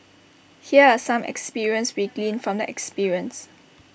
here are some experience we gleaned from the experience